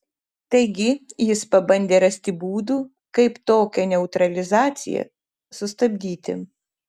taigi jis pabandė rasti būdų kaip tokią neutralizaciją sustabdyti